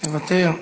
מוותר.